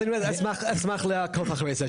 אשמח לעקוב אחרי זה.